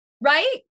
Right